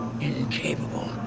incapable